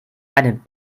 einen